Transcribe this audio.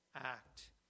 act